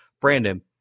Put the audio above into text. brandon